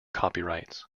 copyrights